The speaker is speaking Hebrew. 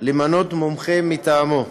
למנות מומחה מטעמו.